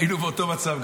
היינו באותו מצב.